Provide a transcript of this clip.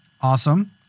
Awesome